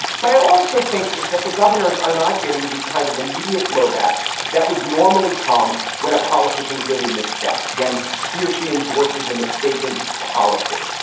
but i also think it's that the governors are not getting the kind of immediate blowback that would normally come when a politician really missteps, when he or she endorses a mistaken policy,